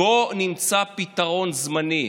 בוא נמצא פתרון זמני.